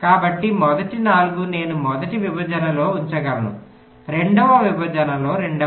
కాబట్టి మొదటి 4 నేను మొదటి విభజనలో ఉంచగలను రెండవ విభజనలో రెండవది